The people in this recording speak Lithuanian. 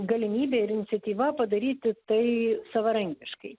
galimybė ir iniciatyva padaryti tai savarankiškai